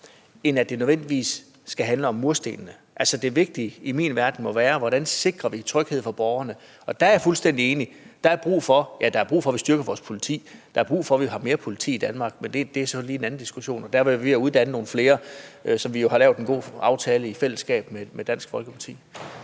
end at det nødvendigvis skal handle om murstenene. Det vigtige i min verden må være, hvordan vi sikrer tryghed for borgerne, og der er jeg fuldstændig enig i, at der er brug for, at vi styrker vores politi, der er brug for, at der er mere politi i Danmark, men det er så lige en anden diskussion, og der er man i gang med at uddanne nogle flere, som vi jo har lavet en god aftale om i fællesskab med Dansk Folkeparti.